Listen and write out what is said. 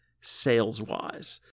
sales-wise